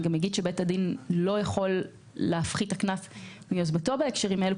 בית הדין גם לא יכול להפחית את הקנס מיוזמתו בהקשרים האלה,